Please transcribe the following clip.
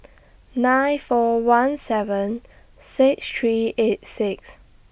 nine four one seven six three eight six